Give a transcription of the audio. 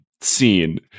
scene